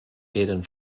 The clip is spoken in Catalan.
eren